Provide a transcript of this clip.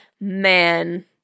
man